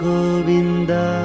Govinda